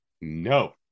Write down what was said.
no